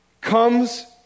comes